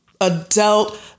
adult